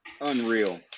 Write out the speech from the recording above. unreal